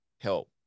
help